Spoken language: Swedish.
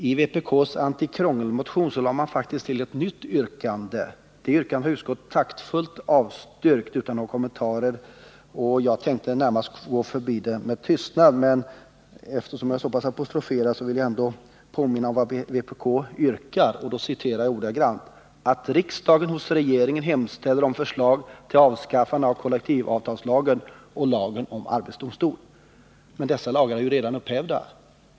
I vpk:s antikrångelmotion lade man faktiskt till ett nytt yrkande, som utskottet taktfullt har avstyrkt utan kommentarer. Jag tänkte gå förbi det med tystnad också här i debatten, men eftersom jag blivit så pass mycket apostroferad vill jag påminna om vad vpk yrkat. Jag citerar ordagrant: ”att riksdagen hos regeringen hemställer om förslag till avskaffande av kollektivavtalslagen och lagen om arbetsdomstol”. Men dessa lagar är ju redan upphävda.